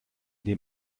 dem